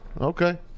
Okay